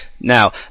now